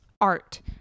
art